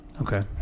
okay